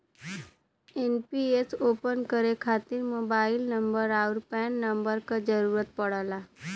NPS open करे खातिर mobile number आउर पैन नंबर क जरुरत पड़ला